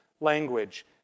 language